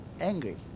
angry